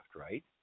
right